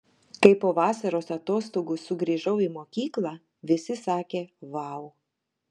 kai po vasaros atostogų sugrįžau į mokyklą visi sakė vau